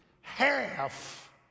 Half